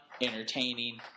entertaining